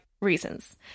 reasons